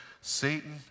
Satan